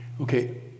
Okay